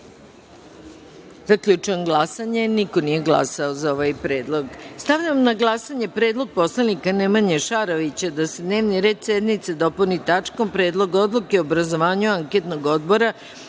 predlog. Zaključujem glasanje: niko nije glasao za ovaj predlog. Stavljam na glasanje predlog poslanika Nemanje Šarovića da se dnevni red sednice dopuni tačkom – Predlog odluke o obrazovanju anketnog odbora